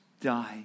die